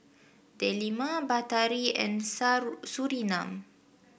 Delima Batari and Surinam